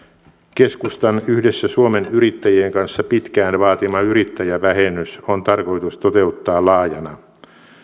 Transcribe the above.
keskustan yhdessä suomen yrittäjien kanssa pitkään vaatima yrittäjävähennys on tarkoitus toteuttaa laajana